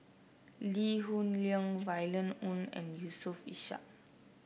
Lee Hoon Leong Violet Oon and Yusof Ishak